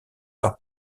par